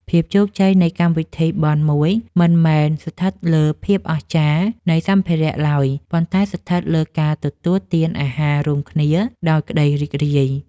ភាពជោគជ័យនៃកម្មវិធីបុណ្យមួយមិនមែនស្ថិតលើភាពអស្ចារ្យនៃសម្ភារៈឡើយ ប៉ុន្តែស្ថិតលើការទទួលទានអាហាររួមគ្នាដោយក្តីរីករាយ។